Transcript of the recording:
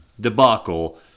debacle